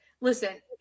listen